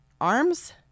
Arms